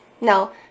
no